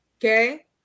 Okay